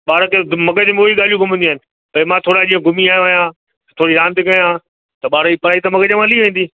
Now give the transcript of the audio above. बार खे दि मग़ज़ में उहे ई ॻाल्हियूं घुमंदियूं आहिनि त मां थोरा ॾींहं घुमी आयो आहियां थोरी रांदि कयां त ॿार जी पढ़ाई त मग़ज़ मां हली वेंदी